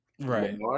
Right